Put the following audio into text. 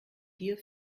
gier